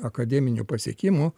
akademinių pasiekimų